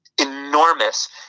enormous